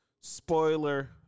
Spoiler